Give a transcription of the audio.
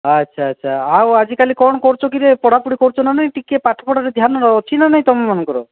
ଆଚ୍ଛା ଆଚ୍ଛା ଆଉ ଆଜିକାଲି କ'ଣ କରୁଛ କିରେ ପଢ଼ାପଡ଼ି କରୁଛ ନା ନାହିଁ ଟିକିଏ ପାଠପଢ଼ାରେ ଧ୍ୟାନ ଅଛି ନା ନାହିଁ ତୁମମାନଙ୍କର